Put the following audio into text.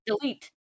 delete